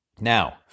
Now